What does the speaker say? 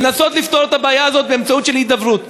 לנסות לפתור את הבעיה הזאת באמצעות הידברות.